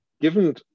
given